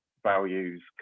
values